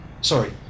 sorry